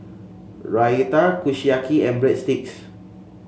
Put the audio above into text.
Raita Kushiyaki and Breadsticks